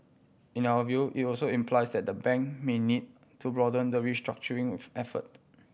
in our view it was also implies that the bank may need to broaden the restructuring with effort